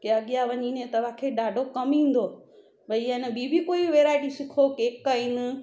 अॻियां वञी ने तव्हांखे ॾाढो कमु ईंदो भई आहे न ॿी बि कोई वैराइटी सिखो केक आहिनि